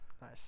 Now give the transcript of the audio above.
Nice